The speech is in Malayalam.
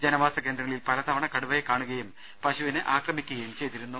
ജനവാസകേന്ദ്രങ്ങളിൽ പലതവണ കടുവയെ കാണുകയും പശുവിനെ ആക്രമിക്കുകയും ചെയ്തിരുന്നു